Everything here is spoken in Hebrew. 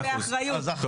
באחריות.